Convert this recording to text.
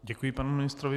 Děkuji panu ministrovi.